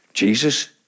Jesus